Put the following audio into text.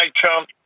Trump